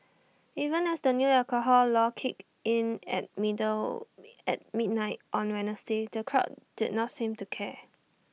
even as the new alcohol law kicked in at middle at midnight on Wednesday the crowd did not seem to care